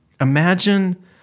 Imagine